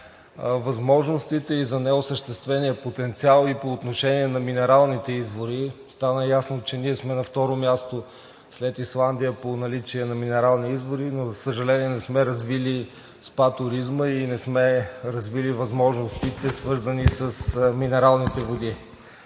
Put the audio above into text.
възможностите и за неосъществения потенциал и по отношение на минералните извори. Стана ясно, че ние сме на второ място след Исландия по наличие на минерални извори, но, за съжаление, не сме развили СПА туризма и не сме развили възможностите, свързани с минералните води.